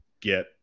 get